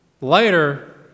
Later